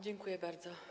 Dziękuję bardzo.